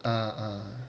uh uh